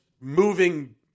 moving